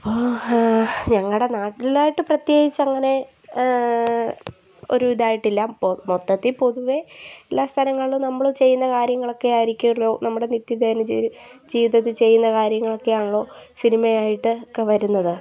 അപ്പോൾ ഞങ്ങളുടെ നാട്ടിലായിട്ട് പ്രത്യേകിച്ചങ്ങനെ ഒരു ഇതായിട്ടില്ല മൊത്തത്തിൽ പൊതുവെ എല്ലാ സ്ഥലങ്ങളിലും നമ്മൾ ചെയ്യുന്ന കാര്യങ്ങളൊക്കെ ആയിരിക്കുമല്ലോ നമ്മുടെ നിത്യ ദൈന ജീവി ജീവിതത്തിൽ ചെയ്യുന്ന കാര്യങ്ങളൊക്കെ ആണല്ലോ സിനിമ ആയിട്ടൊക്കെ വരുന്നത്